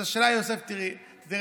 השאלה היא, יוסף, תראה,